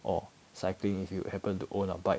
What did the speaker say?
or cycling if you happen to own a bike